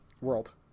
world